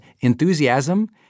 enthusiasm